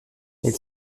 elle